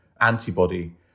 antibody